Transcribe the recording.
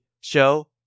show